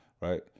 right